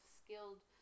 skilled